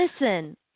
Listen